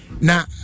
Now